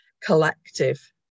collective